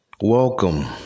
Welcome